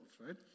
right